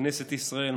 כנסת ישראל,